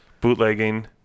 bootlegging